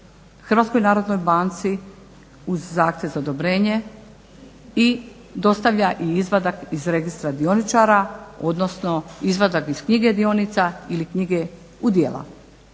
navedeno da se HNB-u uz zahtjev za odobrenje dostavlja i izvadak iz Registra dioničara, odnosno izvadak iz knjige dionica ili knjige udjela.